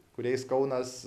kuriais kaunas